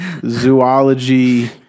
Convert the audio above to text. zoology